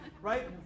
right